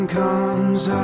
comes